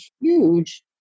huge